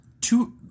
Two